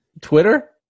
Twitter